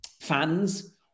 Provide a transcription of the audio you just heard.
fans